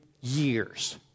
years